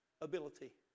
ability